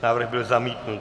Návrh byl zamítnut.